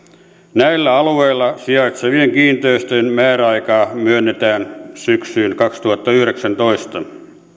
näillä alueilla sijaitsevien kiinteistöjen määräaikaa myöhennetään syksyyn kaksituhattayhdeksäntoista